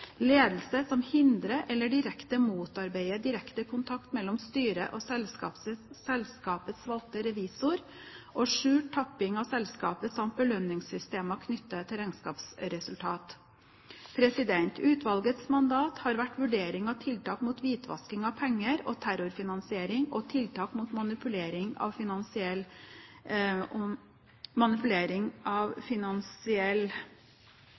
ledelse som hindrer eller direkte motarbeider direkte kontakt mellom styret og selskapets valgte revisor skjult tapping av selskapet, samt belønningssystemer knyttet til regnskapsresultatet Utvalgets mandat har vært vurdering av tiltak mot hvitvasking av penger og terrorfinansiering og tiltak mot manipulering av finansiell